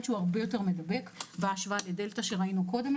שהוא הרבה יותר מדבק בהשוואה לדלתא שראינו קודם.